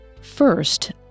First